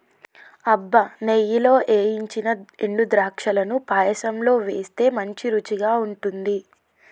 అబ్బ నెయ్యిలో ఏయించిన ఎండు ద్రాక్షలను పాయసంలో వేస్తే మంచి రుచిగా ఉంటుంది